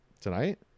Tonight